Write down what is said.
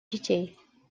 детей